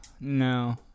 no